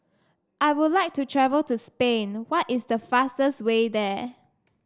I would like to travel to Spain why is the fastest way there